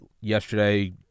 Yesterday